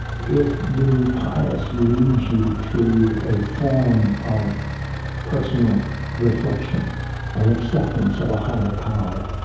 if being pious leads you to a form of personal reflection and acceptance of a higher power,